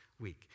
week